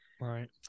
Right